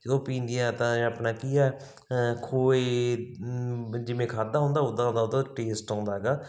ਜਦੋਂ ਪੀਂਦੀ ਆ ਤਾਂ ਆਪਣਾ ਕੀ ਆ ਖੋਏ ਜਿਵੇਂ ਖਾਧਾ ਹੁੰਦਾ ਉਦਾਂ ਹੁੰਦਾ ਉਦਾਂ ਟੇਸਟ ਆਉਂਦਾ ਹੈਗਾ